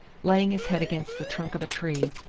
laying his head against the trunk of a tree,